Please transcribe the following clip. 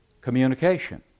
communication